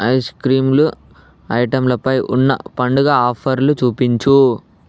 ఐస్క్రీంలు ఐటెంలపై ఉన్న పండుగ ఆఫర్లు చూపించు